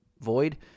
void